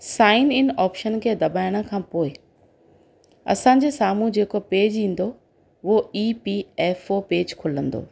sign in option खे दॿाइण खां पोइ असांजे साम्हूं जेको पेज ईंदो उहो E P F O page खुलंदो